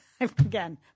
Again